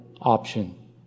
option